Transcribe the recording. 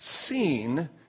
seen